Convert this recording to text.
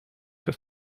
dass